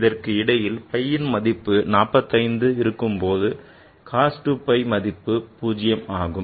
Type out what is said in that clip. இதற்கு இடையில் phi ன் மதிப்பு 45 இருக்கும் போது cos 2 phi மதிப்பு 0 ஆகும்